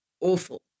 awful